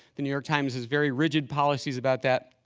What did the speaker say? the new york times has very rigid policies about that.